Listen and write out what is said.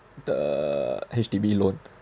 the H_D_B loan